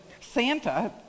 Santa